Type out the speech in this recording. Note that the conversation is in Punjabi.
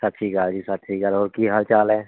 ਸਤਿ ਸ਼੍ਰੀ ਅਕਾਲ ਜੀ ਸਤਿ ਸ਼੍ਰੀ ਅਕਾਲ ਹੋਰ ਕੀ ਹਾਲ ਚਾਲ ਹੈ